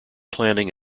planning